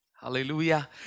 Hallelujah